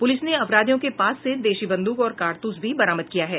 police ने अपराधियों के पास से देशी बंद्रक और कारतूस भी बरामद किया है